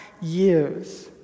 years